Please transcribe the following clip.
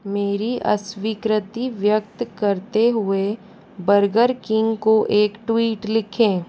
मेरी अस्वीकृति व्यक्त करते हुए बर्गर किंग को एक ट्वीट लिखें